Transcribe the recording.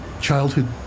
childhood